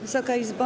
Wysoka Izbo!